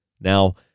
Now